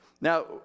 Now